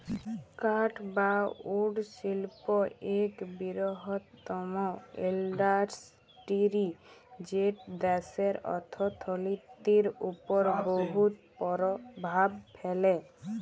কাঠ বা উড শিল্প ইক বিরহত্তম ইল্ডাসটিরি যেট দ্যাশের অথ্থলিতির উপর বহুত পরভাব ফেলে